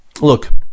look